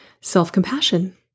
self-compassion